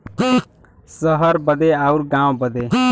सहर बदे अउर गाँव बदे